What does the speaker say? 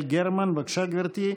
חברת הכנסת יעל גרמן, בבקשה, גברתי.